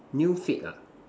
new fate ah